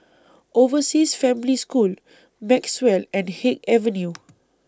Overseas Family School Maxwell and Haig Avenue